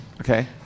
okay